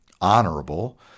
honorable